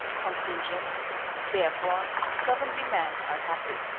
conclusion therefore, slovenly men are happy.